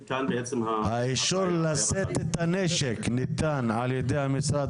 האישור לשאת את הנשק ניתן על ידי המשרד